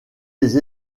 des